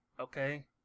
okay